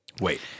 Wait